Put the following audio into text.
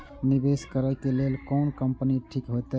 निवेश करे के लेल कोन कंपनी ठीक होते?